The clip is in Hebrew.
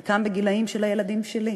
חלקם בגילים של הילדים שלי.